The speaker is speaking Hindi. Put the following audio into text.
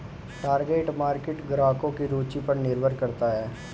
टारगेट मार्केट ग्राहकों की रूचि पर निर्भर करता है